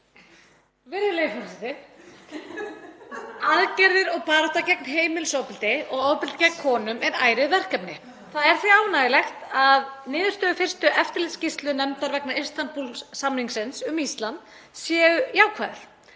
Virðulegi forseti. Aðgerðir og barátta gegn heimilisofbeldi og ofbeldi gegn konum er ærið verkefni. Það er því ánægjulegt að niðurstöður fyrstu eftirlitsskýrslu nefndar vegna Istanbúl-samningsins um Ísland séu jákvæðar.